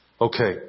Okay